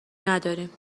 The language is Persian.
نداریم